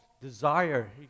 desire